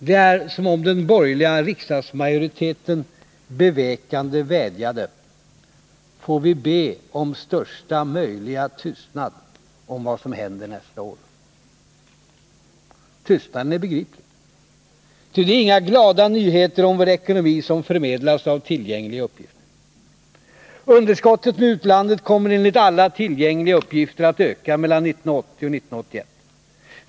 Det är som om den borgerliga riksdagsmajoriteten bevekande vädjade: ”Får vi be om största möjliga tystnad om vad som händer nästa år.” Tystnaden är begriplig, ty det är inga glada nyheter om vår ekonomi som förmedlas av tillgängliga uppgifter. Underskottet med utlandet kommer enligt alla tillgängliga uppgifter att öka mellan 1980 och 1981.